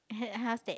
how's that